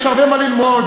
יש הרבה מה ללמוד